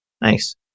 Nice